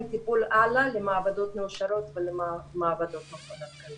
את הטיפול הלאה למעבדות מאושרות ולמעבדות מכון התקנים.